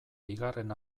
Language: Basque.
bigarren